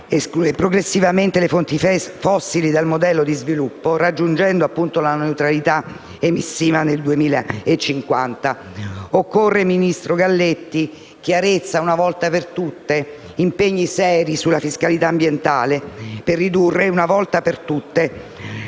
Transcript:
escludere progressivamente le fonti fossili dal modello di sviluppo, raggiungendo la neutralità emissiva nel 2050. Occorre, ministro Galletti, chiarezza una volta per tutte: occorrono impegni seri sulla fiscalità ambientale per ridurre ed eliminare